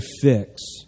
fix